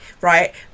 right